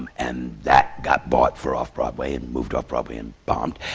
and that got bought for off-broadway, and moved off-broadway and bombed.